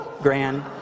Grand